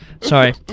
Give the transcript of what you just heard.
Sorry